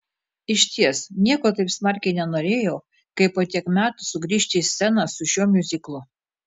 išties nieko taip smarkiai nenorėjau kaip po tiek metų sugrįžti į sceną su šiuo miuziklu